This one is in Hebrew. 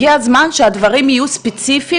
הגיע הזמן שהדברים יהיו ספציפיים,